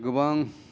गोबां